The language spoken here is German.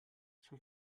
zum